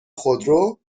خودرو